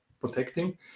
protecting